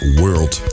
world